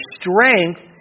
strength